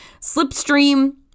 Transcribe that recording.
Slipstream